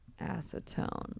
acetone